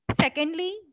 Secondly